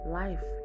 life